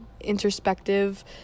introspective